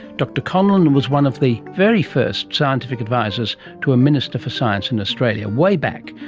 dr conlon was one of the very first scientific advisers to a minister for science in australia, way back,